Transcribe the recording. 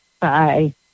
Bye